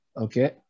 Okay